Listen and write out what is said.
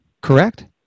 correct